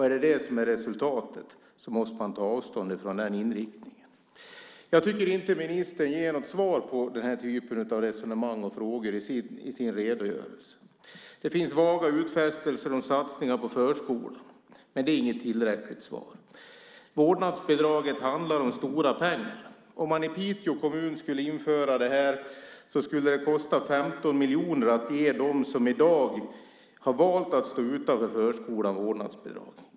Är det detta som blir resultatet måste man ta avstånd från den inriktningen. Jag tycker inte att ministern ger något svar på den här typen av resonemang och frågor i sin redogörelse. Det finns vaga utfästelser om satsningar på förskolan, men det är inte ett tillräckligt svar. Vårdnadsbidraget handlar om stora pengar. Om Piteå kommun skulle införa detta skulle det kosta 15 miljoner att ge dem som i dag som har valt att stå utanför förskolan vårdnadsbidrag.